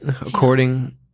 According